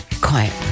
Quiet